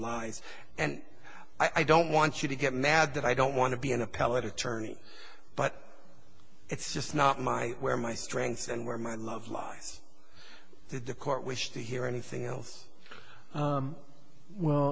life and i don't want you to get mad that i don't want to be an appellate attorney but it's just not my where my strengths and where my love lies that the court wish to hear anything else well